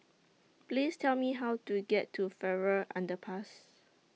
Please Tell Me How to get to Farrer Underpass